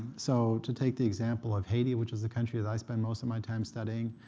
so to take the example of haiti, which is a country that i spend most of my time studying,